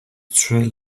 drill